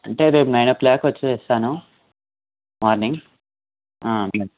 అంటే రేపు నైన్ ఓ క్లాక్కు వచ్చి చేస్తాను మార్నింగ్ అట్లాగే